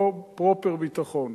לא "פרופר" ביטחון,